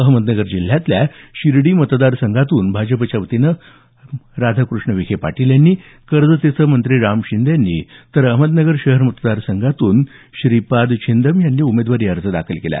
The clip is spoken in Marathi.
अहमदनगर जिल्ह्यातल्या शिर्डी मतदारसंघातून भाजपचे वतीनं राधाकृष्ण विखे पाटील यांनी कर्जत इथं राम शिंदे यांनी तर अहमदनगर शहर मतदारसंघात श्रीपाद छिंदाम यांनी आपले उमेदवारी अर्ज दाखल केले